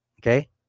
Okay